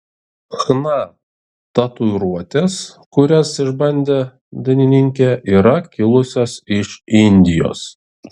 chna tatuiruotės kurias išbandė dainininkė yra kilusios iš indijos